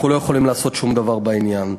אנחנו לא יכולים לעשות שום דבר בעניין.